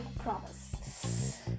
promise